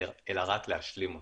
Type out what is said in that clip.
אלא רק להשלים אותם.